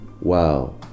Wow